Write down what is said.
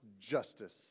justice